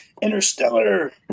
interstellar